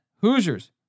Hoosiers